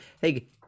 Hey